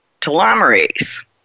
telomerase